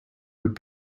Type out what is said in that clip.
would